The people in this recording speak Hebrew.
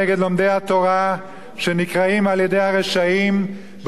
שנקראים על-ידי הרשעים במלה "משתמטים".